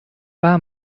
war